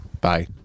Bye